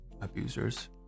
abusers